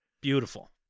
Beautiful